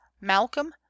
Malcolm